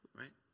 right